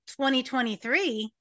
2023